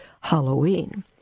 Halloween